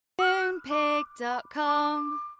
Moonpig.com